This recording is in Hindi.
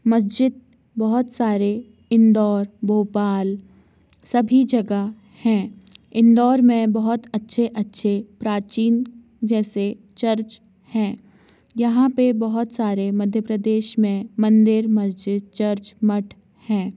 मस्जिद बहुत सारे इंदौर भोपाल सभी जगह हैं इंदौर में बहुत अच्छे अच्छे प्राचीन जैसे चर्च हैं यहाँ पर बहुत सारे मध्य प्रदेश में मंदिर मस्जिद चर्च मठ हैं